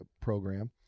program